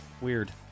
Weird